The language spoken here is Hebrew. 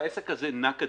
והעסק הזה נע קדימה.